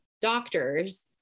doctors